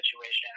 situation